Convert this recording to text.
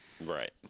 Right